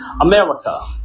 America